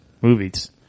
movies